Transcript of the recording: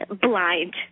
blind